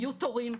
יהיו תורים,